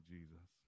Jesus